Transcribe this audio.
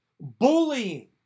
bullying